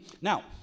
Now